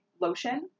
lotion